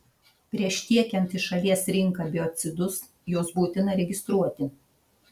prieš tiekiant į šalies rinką biocidus juos būtina registruoti